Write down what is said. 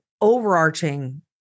overarching